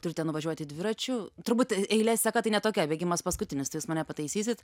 turite nuvažiuoti dviračiu turbūt eilės seka tai ne tokia bėgimas paskutinis tai jūs mane pataisysit